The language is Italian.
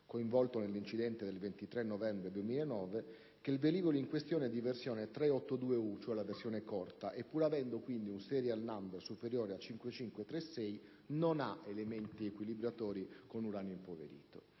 coinvolto nell'incidente del 23 novembre 2009, che il velivolo in questione è di versione 382U (versione corta) e, pur avendo il *serial number* superiore a 5536, non ha equilibratori con elementi in uranio impoverito.